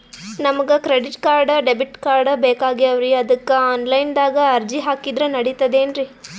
ನಮಗ credit card, debit card ಬೇಕಾಗ್ಯಾವ್ರೀ ಅದಕ್ಕ ಆನಲೈನದಾಗ ಅರ್ಜಿ ಹಾಕಿದ್ರ ನಡಿತದೇನ್ರಿ?